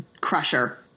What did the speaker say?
Crusher